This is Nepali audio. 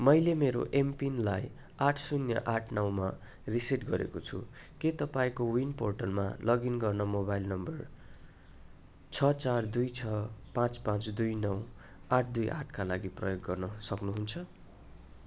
मैले मेरो एमपिनलाई आठ शून्य आठ नौमा रिसेट गरेको छु के तपाईँँ कोविन पोर्टलमा लगइन गर्न मोबाइल नम्बर छ चार दुई छ पाँच पाँच दुई नौ आठ दुई आठका लागि प्रयोग गर्न सक्नुहुन्छ